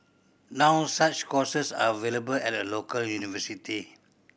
now such courses are available at a local university